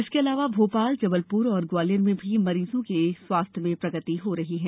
इसके अलावा भोपाल जबलपुर और ग्वालियर में भी मरीजों के स्वास्थ्य में प्रगति हो रही है